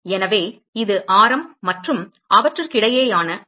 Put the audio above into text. எனவே இது ஆரம் மற்றும் அவற்றுக்கிடையேயான கோணம் டி தீட்டா